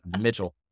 Mitchell